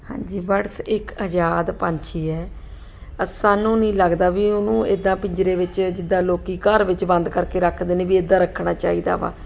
ਹਾਂਜੀ ਬਡਸ ਇੱਕ ਆਜ਼ਾਦ ਪੰਛੀ ਹੈ ਸਾਨੂੰ ਨਹੀਂ ਲੱਗਦਾ ਵੀ ਉਹਨੂੰ ਇੱਦਾਂ ਪਿੰਜਰੇ ਵਿੱਚ ਜਿੱਦਾਂ ਲੋਕ ਘਰ ਵਿੱਚ ਬੰਦ ਕਰਕੇ ਰੱਖਦੇ ਨੇ ਵੀ ਇੱਦਾਂ ਰੱਖਣਾ ਚਾਹੀਦਾ ਵਾ